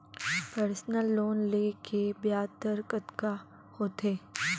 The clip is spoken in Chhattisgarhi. पर्सनल लोन ले के ब्याज दर कतका होथे?